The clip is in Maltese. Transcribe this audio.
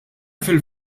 fil